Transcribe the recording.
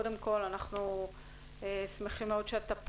אנחנו שמחים מאוד שאתה פה.